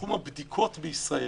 בתחום הבדיקות בישראל,